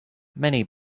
many